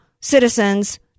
citizens